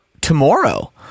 tomorrow